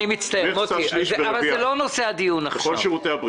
אני מצטער אבל זה לא נושא הדיון עכשיו.